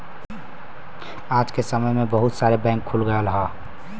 आज के समय में बहुत सारे बैंक खुल गयल हौ